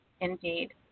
Indeed